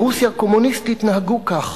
ברוסיה הקומוניסטית נהגו כך.